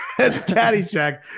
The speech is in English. Caddyshack